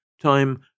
Time